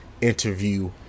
interview